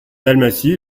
dalmatie